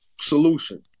solution